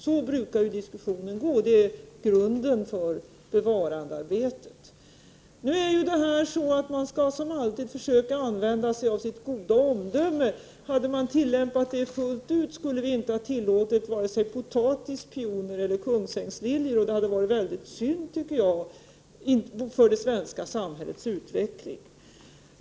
Så brukar diskussionen gå, och det är grunden för bevarandearbetet. Nu skall man som alltid försöka använda sig av sitt goda omdöme. Hade så skett fullt ut skulle inte vare sig potatis, pioner eller kungsängsliljor ha tillåtits. Det hade varit mycket synd, tycker jag, för det svenska samhällets utveckling.